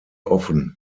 offen